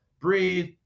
breathe